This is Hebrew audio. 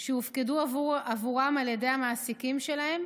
שהופקדו עבורם על ידי המעסיקים שלהם,